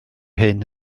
hyn